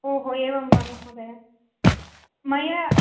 ओ हो एवं वा महोदय मया